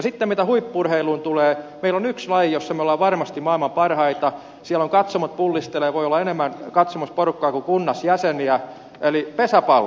sitten mitä huippu urheiluun tulee meillä on yksi laji jossa me olemme varmasti maailman parhaita siellä katsomot pullistelevat voi olla katsomossa enemmän porukkaa kuin kunnassa jäseniä eli pesäpallo